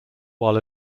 while